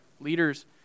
leaders